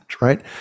right